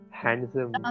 handsome